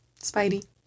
Spidey